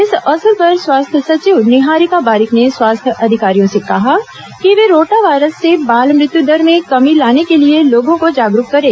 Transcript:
इस अवसर पर स्वास्थ्य सचिव निहारिका बारिक ने स्वास्थ्य अधिकारियों से कहा कि वे रोटा वायरस से बाल मृत्यू दर में कमी लाने के लिए लोगों को जागरूक करें